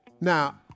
Now